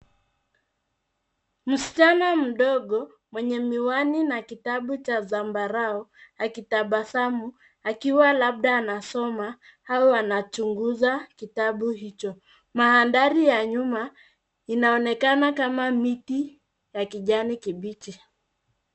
Msichana mdogo mwenye miwani na kitabu cha zambarau akitabasamu akiwa labda anasoma au anachunguza kitabu hicho. Mandhari ya nyuma inaonekana kama miti ya kijani kibichi.